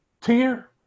tear